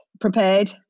prepared